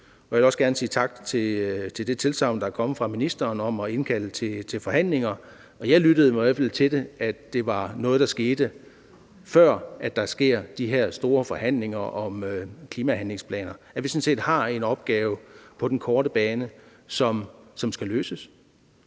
jeg vil også gerne sige tak for det tilsagn, der er kommet fra ministeren, om at indkalde til forhandlinger. Og jeg har i hvert fald lyttet mig frem til, at det er noget, der er sket, før vi skal i gang med de her store forhandlinger om klimahandlingsplanen, hvor vi sådan set har en opgave på den korte bane, som skal løses.